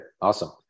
Awesome